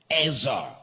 Ezra